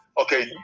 Okay